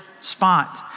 spot